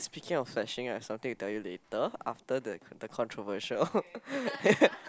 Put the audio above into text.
speaking of such thing right something to tell you later after the the controversial